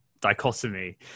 dichotomy